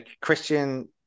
Christian